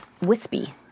wispy